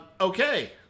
okay